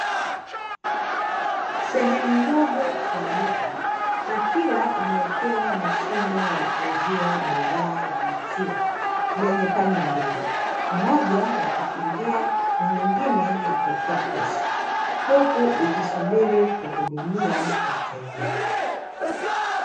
Sehemu ndogo ya duka ikiwa imewekewa mashine ya kuuzia bidhaa ya maziwa yenye pande mbili; moja ya kukingia na nyingine ya kuwekea pesa, huku ikisubiri kuhudumia wateja.